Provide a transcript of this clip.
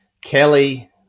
Kelly